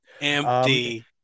Empty